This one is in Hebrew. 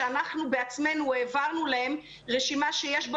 שאנחנו בעצמנו העברנו להם רשימה שיש בה